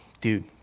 dude